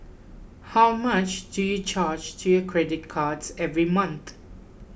how much do you charge to your credit cards every month